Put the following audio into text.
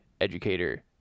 educator